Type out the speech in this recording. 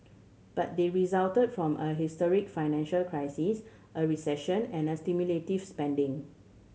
but they resulted from a historic financial crisis a recession and a stimulative spending